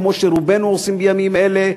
כפי שרובנו עושים בימים אלה,